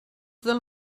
del